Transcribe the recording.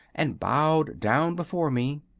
and bowed down before me.